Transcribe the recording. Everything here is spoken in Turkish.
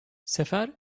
sefer